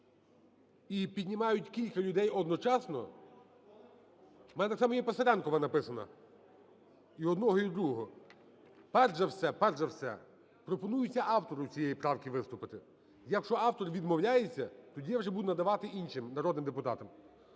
і піднімають кілька людей одночасно… В мене так само єПисаренкова, написана, і в одного, і в другого. Перш за все пропонується автору цієї правки виступити. Якщо автор відмовляється, тоді я вже буду надавати іншим народним депутатам.